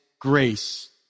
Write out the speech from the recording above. grace